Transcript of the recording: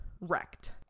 wrecked